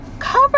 Cover